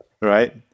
right